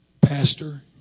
Pastor